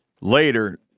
Later